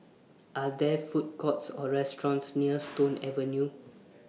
Are There Food Courts Or restaurants near Stone Avenue